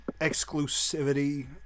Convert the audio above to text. exclusivity